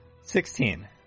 Sixteen